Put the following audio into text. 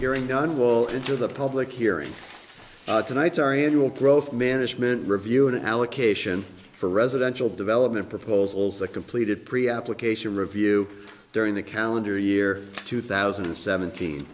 hearing done well into the public hearing tonight ari and will grow from management review an allocation for residential development proposals that completed pre application review during the calendar year two thousand and seventeen